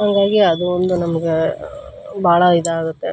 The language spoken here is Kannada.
ಹಂಗಾಗಿ ಅದು ಒಂದು ನಮಗೆ ಭಾಳ ಇದಾಗುತ್ತೆ